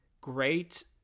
great